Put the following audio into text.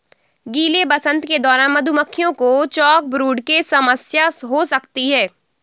गीले वसंत के दौरान मधुमक्खियों को चॉकब्रूड की समस्या हो सकती है